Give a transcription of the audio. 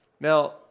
Now